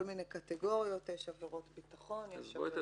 מיני קטגוריות עבירות ביטחון וכדומה.